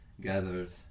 gathered